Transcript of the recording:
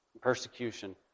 persecution